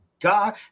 God